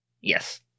Yes